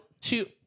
two